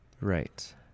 Right